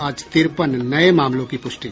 आज तिरपन नये मामलों की पुष्टि